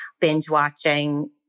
binge-watching